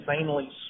insanely